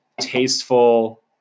tasteful